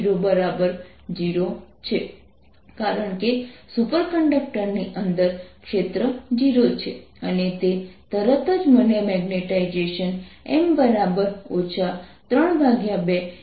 અને Gaussian surface ની ત્રિજ્યા ઓછી છે